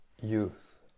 youth